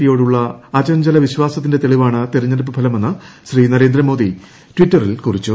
പിയോടുള്ള അച്ച്ചുല്ല ് വിശ്വാസത്തിന്റെ തെളിവാണ് തെരഞ്ഞെടുപ്പ് ഫലമെന്ന് ശ്രീീനരേന്ദ്രമോദി ടിറ്ററിൽ കുറിച്ചു